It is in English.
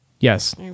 yes